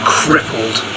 crippled